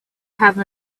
have